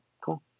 cool